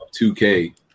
2K